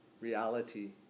reality